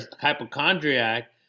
hypochondriac